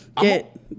get